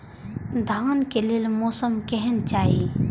धान के लेल मौसम केहन चाहि?